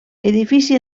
edifici